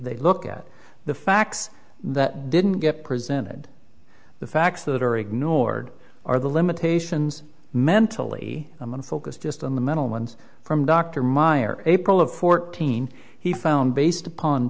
look at the facts that didn't get presented the facts that are ignored are the limitations mentally i'm going to focus just on the mental ones from dr meyer april of fourteen he found based upon